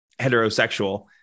heterosexual